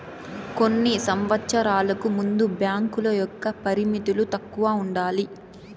కొన్ని సంవచ్చరాలకు ముందు బ్యాంకుల యొక్క పరిమితులు తక్కువ ఉండాలి